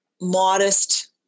modest